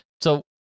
So-